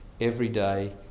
everyday